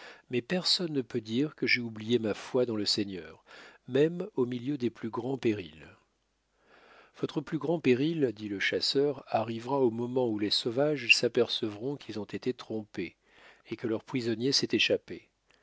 mais personne ne peut dire que j'aie oublié ma foi dans le seigneur même au milieu des plus grands périls votre plus grand péril dit le chasseur arrivera au moment où les sauvages s'apercevront qu'ils ont été trompés et que leur prisonnier s'est échappé